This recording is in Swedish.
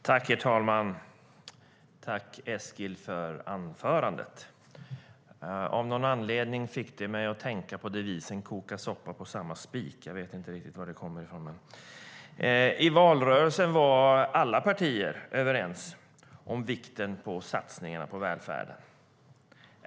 Herr talman! Jag tackar Eskil för anförandet. Av någon anledning fick det mig att tänka på devisen om att koka soppa på en spik. Jag vet inte riktigt var det kommer ifrån.I valrörelsen var alla partier överens om vikten på satsningarna på välfärden.